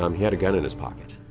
um he had a gun in his pocket.